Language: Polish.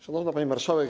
Szanowna Pani Marszałek!